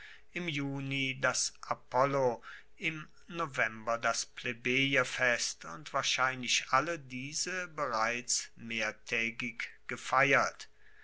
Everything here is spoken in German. im juni das apollo im november das plebejerfest und wahrscheinlich alle diese bereits mehrtaegig gefeiert